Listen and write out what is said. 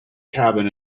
cabin